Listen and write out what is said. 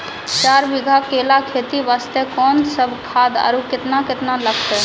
चार बीघा केला खेती वास्ते कोंन सब खाद आरु केतना केतना लगतै?